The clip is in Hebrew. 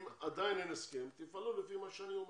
אם עדיין אין הסכם תפעלו לפי מה שאני אומר,